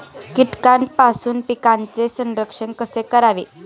कीटकांपासून पिकांचे संरक्षण कसे करावे?